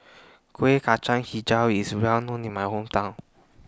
Kuih Kacang Hijau IS Well known in My Hometown